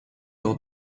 lors